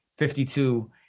52